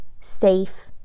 safe